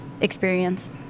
experience